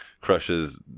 crushes